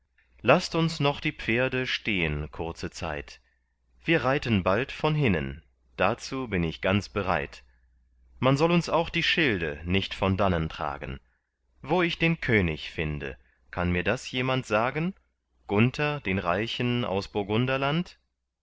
laßt uns noch die pferde stehen kurze zeit wir reiten bald von hinnen dazu bin ich ganz bereit man soll uns auch die schilde nicht von dannen tragen wo ich den könig finde kann mir das jemand sagen gunther den reichen aus